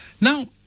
now